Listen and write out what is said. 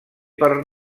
per